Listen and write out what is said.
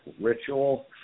Ritual